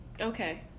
Okay